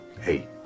Hey